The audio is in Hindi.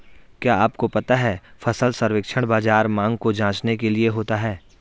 क्या आपको पता है फसल सर्वेक्षण बाज़ार मांग को जांचने के लिए होता है?